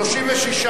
התשע"א 2011,